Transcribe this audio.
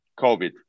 COVID